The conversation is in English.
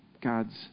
God's